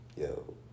Yo